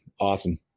Awesome